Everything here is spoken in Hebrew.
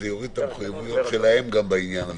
זה יוריד את המחויבויות של הממשלה בעניין הזה.